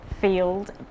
field